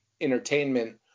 entertainment